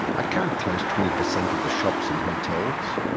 i can't close twenty percent of the shops and hotels.